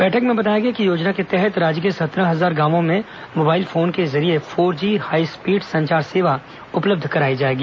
बैठक में बताया गया कि योजना के तहत राज्य के सत्रह हजार गांवों में मोबाइल फोन के लिए फोर जी हाईस्पीड संचार सेवा उपलब्ध कराई जाएगी